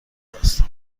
هستم